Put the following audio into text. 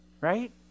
Right